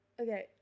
Okay